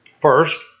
First